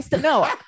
no